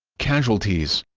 casualties